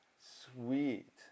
Sweet